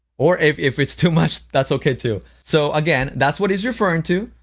or, if if it's too much, that's okay too. so, again, that's what he's referring to.